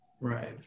right